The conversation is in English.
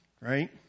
Right